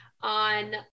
on